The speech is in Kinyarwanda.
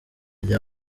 rya